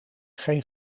geen